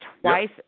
Twice